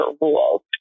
rules